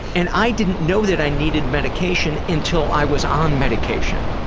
and i didn't know that i needed medication until i was on medication.